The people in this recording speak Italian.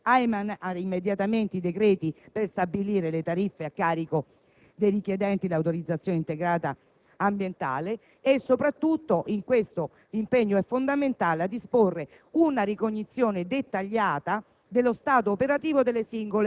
al Ministero dell'ambiente, quest'ultimo deve emanare immediatamente i decreti per stabilire le tariffe a carico dei richiedenti l'autorizzazione integrata ambientale; soprattutto, in questo impegno è fondamentale disporre una ricognizione dettagliata